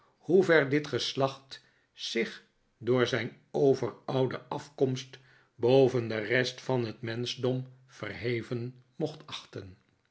hoe ver dit geslacht zich door zijn overoude afkomst boven de rest van het menschdom verheven mocht achten